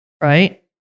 right